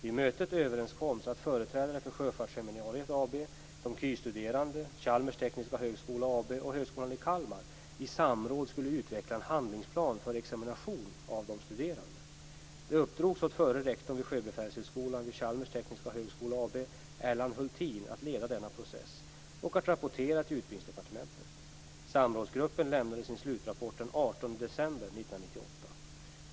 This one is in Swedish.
Vid mötet överenskoms att företrädare för Sjöfartsseminariet AB, de KY Högskolan i Kalmar i samråd skulle utveckla en handlingsplan för examination av de studerande. Det uppdrogs åt förre rektorn vid Sjöbefälsskolan vid Chalmers tekniska högskola AB, Erland Hultin, att leda denna process och att rapportera till Utbildningsdepartementet. Samrådsgruppen lämnade sin slutrapport den 18 december 1998.